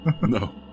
no